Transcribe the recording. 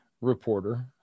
reporter